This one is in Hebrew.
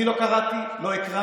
אני לא קראתי, לא אקרא.